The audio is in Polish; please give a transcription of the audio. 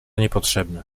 niepotrzebne